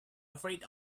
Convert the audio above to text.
afraid